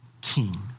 King